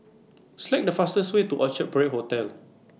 Select The fastest Way to Orchard Parade Hotel